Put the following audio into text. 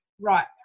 Right